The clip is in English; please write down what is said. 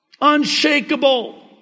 unshakable